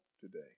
today